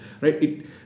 Right